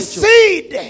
seed